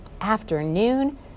Afternoon